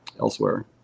elsewhere